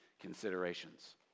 considerations